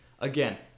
Again